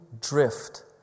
drift